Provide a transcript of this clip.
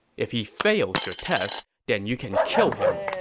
if he fails your test, then you can kill him.